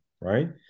Right